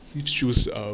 shoes um